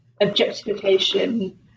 objectification